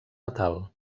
natal